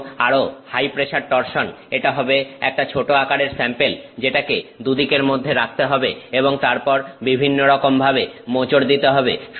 এবং আরো high pressure torsion এটা হবে একটা ছোট আকারের স্যাম্পেল যেটাকে দুদিকের মধ্যে রাখতে হবে এবং তারপর বিভিন্ন রকম ভাবে মোচড় দিতে হবে